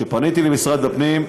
כשפניתי למשרד הפנים,